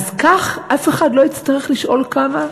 אז כך אף אחד לא יצטרך לשאול כמה,